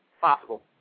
Possible